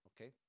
Okay